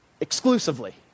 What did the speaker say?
exclusively